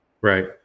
Right